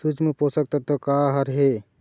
सूक्ष्म पोषक तत्व का हर हे?